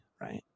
right